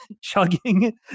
chugging